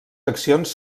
accions